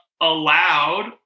allowed